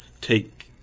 take